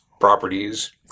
properties